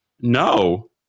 No